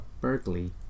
Berkeley